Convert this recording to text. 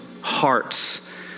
hearts